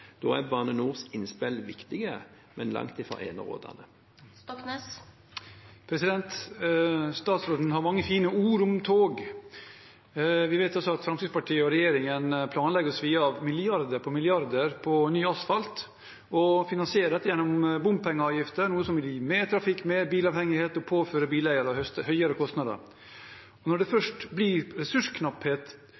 Da er Bane NORs innspill viktige, men langt fra enerådende. Statsråden har mange fine ord om tog. Vi vet også at Fremskrittspartiet og regjeringen planlegger å svi av milliarder på milliarder på ny asfalt, og de vil finansiere dette gjennom bompengeavgifter, noe som vil gi mer trafikk og mer bilavhengighet og påføre bileiere høyere kostnader. Når det